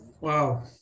Wow